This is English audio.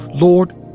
Lord